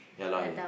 ya lah